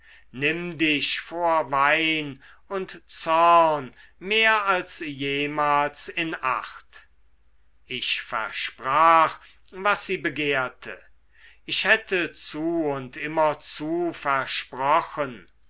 nimm dich vor wein und zorn mehr als jemals in acht ich versprach was sie begehrte ich hätte zu und immer zu versprochen